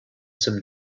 some